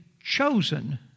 chosen